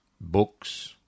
books